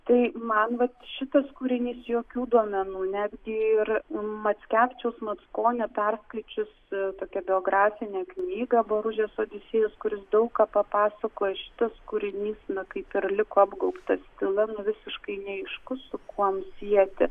tai man vat šitas kūrinys jokių duomenų netgi ir mackevičiaus mackonio perskaičiusi tokią biografinę knygą boružės odisėjus kuris daug ką papasakojo šitas kūrinys na kaip ir liko apgaubtas tyla visiškai neaišku su kuom sieti